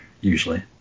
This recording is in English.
usually